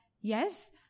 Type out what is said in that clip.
yes